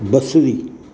बसरी